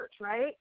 right